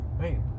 hey